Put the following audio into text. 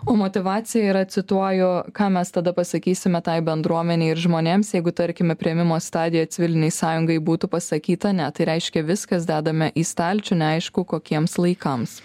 o motyvacija yra cituoju ką mes tada pasakysime tai bendruomenei ir žmonėms jeigu tarkime priėmimo stadijo civilinei sąjungai būtų pasakyta ne tai reiškia viskas dedame į stalčių neaišku kokiems laikams